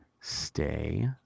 Stay